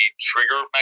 trigger